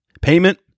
payment